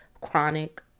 chronic